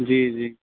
جی جی